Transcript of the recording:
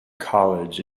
college